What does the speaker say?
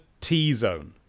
T-Zone